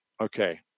Okay